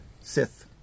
Sith